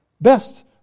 best